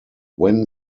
when